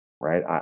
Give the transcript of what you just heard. Right